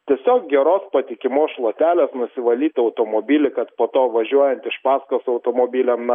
tiesiog geros patikimos šluotelės nusivalyt automobilį kad po to važiuojant iš paskos automobiliam